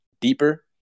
deeper